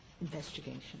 investigation